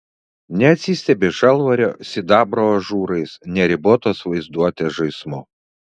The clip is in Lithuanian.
neatsistebi žalvario sidabro ažūrais neribotos vaizduotės žaismu